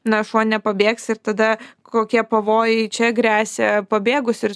na šuo nepabėgs ir tada kokie pavojai čia gresia pabėgus ir